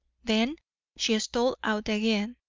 then she stole out again,